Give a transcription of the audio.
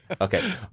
okay